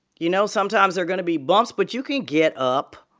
you know, sometimes, there's going to be bumps. but you can get up.